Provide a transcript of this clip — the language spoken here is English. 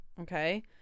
okay